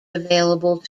available